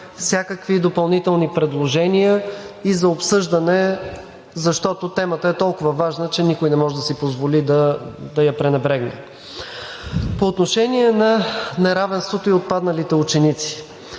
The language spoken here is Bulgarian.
всякакви допълнителни предложения и за обсъждане, защото темата е толкова важна, че никой не може да си позволи да я пренебрегне. По отношение на неравенството и отпадналите ученици.